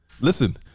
Listen